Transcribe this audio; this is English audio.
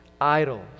idols